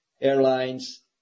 airlines